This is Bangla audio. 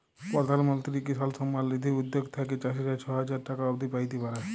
পরধাল মলত্রি কিসাল সম্মাল লিধি উদ্যগ থ্যাইকে চাষীরা ছ হাজার টাকা অব্দি প্যাইতে পারে